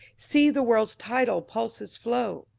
see the world's tidal pulsei flow!